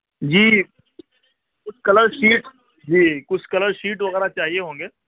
جی کچھ colour sheet جی کچھ کلر شیٹ وغیرہ چاہیے ہوں گے